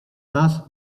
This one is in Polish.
nas